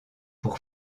pour